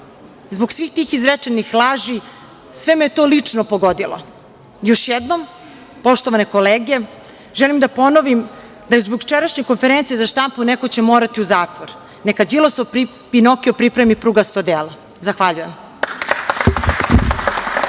zbog svih tih izrečenih laži, sve me je to lično pogodilo. Još jednom, poštovane kolege, želim da ponovim da će zbog jučerašnje konferencije za štampu neko morati u zatvor. Neka Đilasov Pinokio pripremi prugasto odelo. Zahvaljujem.